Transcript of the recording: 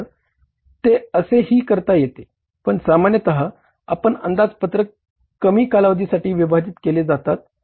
तर ते असे ही करता येते पण सामान्यतः आपण अंदाजपत्रक कमी कालावधीसाठी विभाजित केले जातात